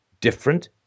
different